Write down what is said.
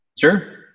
Sure